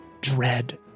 Dread